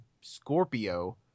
Scorpio